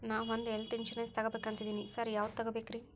ನಾನ್ ಒಂದ್ health insurance ತಗಬೇಕಂತಿದೇನಿ sir ಯಾವದ ತಗಬೇಕ್ರಿ?